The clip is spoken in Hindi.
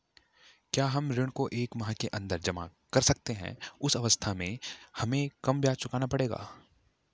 क्या हम ऋण को एक माह के अन्दर जमा कर सकते हैं उस अवस्था में हमें कम ब्याज चुकाना पड़ेगा?